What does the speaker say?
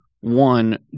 one